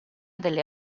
delle